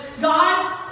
God